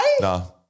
no